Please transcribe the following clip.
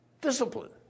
Discipline